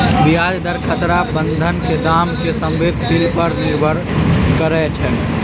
ब्याज दर खतरा बन्धन के दाम के संवेदनशील पर निर्भर करइ छै